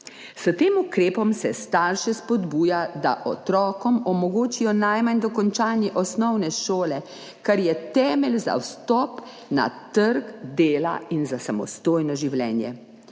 S tem ukrepom se starše spodbuja, da otrokom omogočijo najmanj dokončanje osnovne šole, kar je temelj za vstop na trg dela in za samostojno življenje.